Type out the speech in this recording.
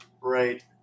right